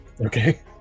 Okay